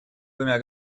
двумя